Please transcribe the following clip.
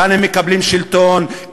כאן הם מקבלים שלטון,